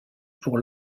pour